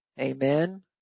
Amen